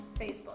Facebook